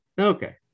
Okay